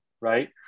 right